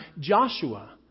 Joshua